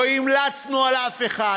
לא המלצנו על אף אחד,